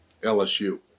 LSU